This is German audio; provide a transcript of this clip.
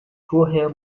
vorher